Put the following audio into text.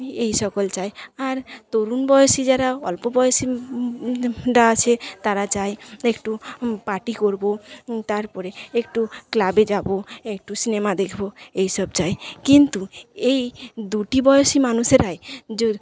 এইসকল চায় আর তরুণ বয়সী যারা অল্প বয়সি রা আছে তারা চায় একটু পার্টি করব তারপরে একটু ক্লাবে যাবো একটু সিনেমা দেখবো এইসব চায় কিন্তু এই দুটি বয়সী মানুষেরাই